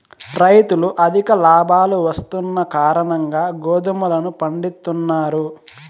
రైతులు అధిక లాభాలు వస్తున్న కారణంగా గోధుమలను పండిత్తున్నారు